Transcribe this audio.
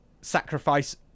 sacrifice